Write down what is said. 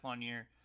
year